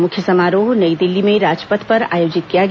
मुख्य समारोह नई दिल्ली में राजपथ पर आयोजित किया गया